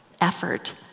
effort